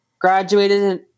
graduated